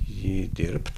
jį dirbt